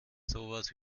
sowas